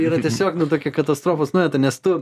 yra tiesiog nu tokia katastrofos nuojauta nes tu